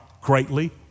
greatly